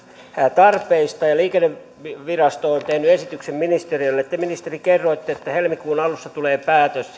tarpeista ja liikennevirasto on tehnyt esityksen ministeriölle te ministeri kerroitte että helmikuun alussa tulee päätös